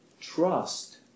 trust